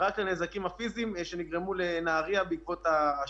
רק הנזקים הפיזיים שנגרמו לנהריה בעקבות השיטפון.